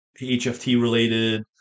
HFT-related